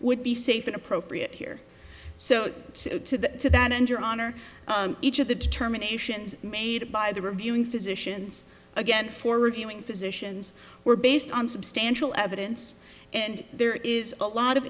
would be safe and appropriate here so to that end your honor each of the determinations made by the reviewing physicians again for reviewing physicians were based on substantial evidence and there is a lot of